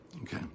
Okay